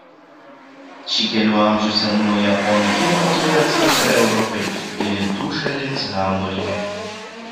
ši kelių amžių senumo japonų firma turi atstovybę europai ir rytų šalims hamburge